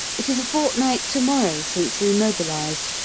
it is a fortnight to-morrow since we mobilised,